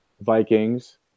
Vikings